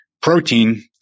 protein